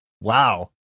Wow